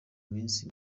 minsi